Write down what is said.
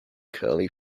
curly